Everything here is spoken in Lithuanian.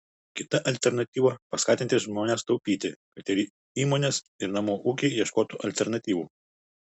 kita alternatyva paskatinti žmones taupyti kad ir įmonės ir namų ūkiai ieškotų alternatyvų